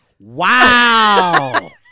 wow